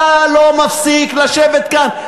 אתה לא מפסיק לשבת כאן.